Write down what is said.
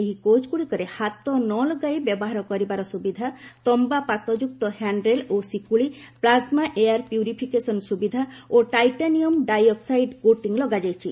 ଏହି କୋଚ୍ଗୁଡ଼ିକରେ ହାତ ନଲଗାଇ ବ୍ୟବହାର କରିବାର ସୁବିଧା ତମ୍ଭା ପାତ ଯୁକ୍ତ ହ୍ୟାଣ୍ଡରେଲ୍ ଓ ଶିଙ୍କୁଳି ପ୍ଲାଜମା ଏୟାର୍ ପ୍ୟୁରିଫିକେସନ୍ ସୁବିଧା ଓ ଟାଇଟାନିୟମ୍ ଡାଇ ଅକ୍ନାଇଡ୍ କୋଟିଂ ଲଗାଯାଇଛି